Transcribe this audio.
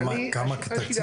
כמה תקציב?